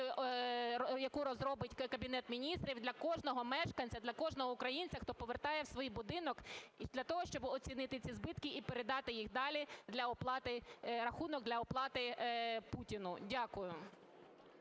яку розробить Кабінет Міністрів для кожного мешканця, для кожного українця, хто повертається в свій будинок для того, щоб оцінити ці збитки і передати їх далі для оплати, рахунок для оплати Путіну. Дякую.